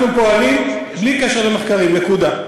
אנחנו פועלים בלי קשר למחקרים, נקודה.